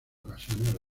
ocasiones